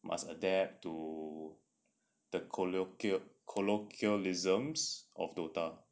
must adapt to the colloquial colloquialisms of dota